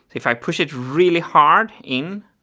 if i push it really hard in,